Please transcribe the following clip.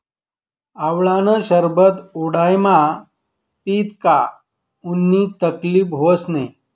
आवळानं सरबत उंडायामा पीदं का उननी तकलीब व्हस नै